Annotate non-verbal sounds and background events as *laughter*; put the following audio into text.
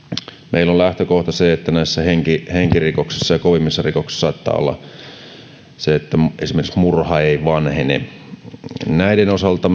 meillä on lähtökohta se että näissä henkirikoksissa ja kovimmissa rikoksissa saattaa olla sellaisia esimerkiksi murha jotka eivät vanhene näiden osalta *unintelligible*